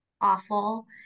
awful